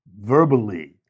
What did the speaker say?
verbally